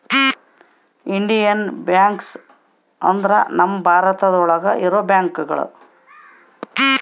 Indian banks ಅಂದ್ರ ನಮ್ ಭಾರತ ಒಳಗ ಇರೋ ಬ್ಯಾಂಕ್ಗಳು